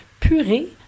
purée